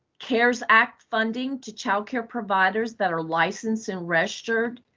care's act funding to child care providers that are licensed and registered